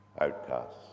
outcasts